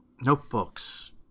notebooks